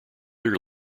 more